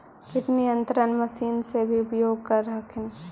किट नियन्त्रण मशिन से भी उपयोग कर हखिन?